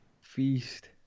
Feast